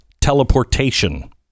teleportation